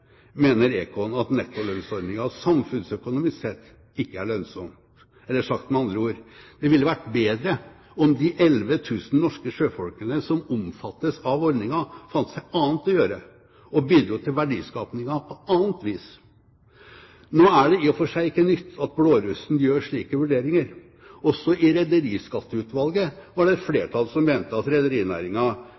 mener Econ at nettolønnsordningen samfunnsøkonomisk sett ikke er lønnsom. Eller sagt med andre ord: Det ville vært bedre om de 11 000 norske sjøfolkene som omfattes av ordningen, fant seg annet å gjøre og bidro til verdiskapingen på annet vis. Nå er det i og for seg ikke nytt at «blårussen» gjør slike vurderinger. Også i Rederiskatteutvalget var det et flertall som mente at